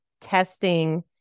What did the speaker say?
testing